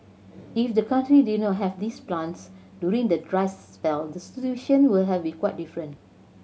if the country did not have these plants during the dry spell the situation were have be quite different